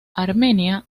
armenia